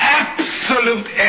absolute